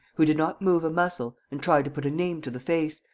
who did not move a muscle, and tried to put a name to the face,